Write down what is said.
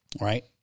right